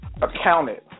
accounted